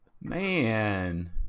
man